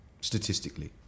statistically